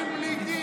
כולם, שרים בלי תיק.